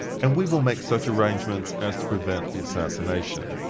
and we will make such arrangements as to prevent the assassination.